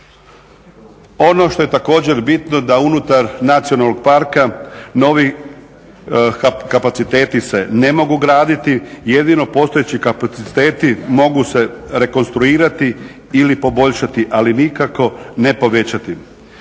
Ono što je također bitno da unutar nacionalnog parka novi kapaciteti se ne mogu graditi. Jedino postojeći kapaciteti mogu se rekonstruirati ili poboljšati, ali nikako ne povećati.